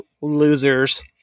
Losers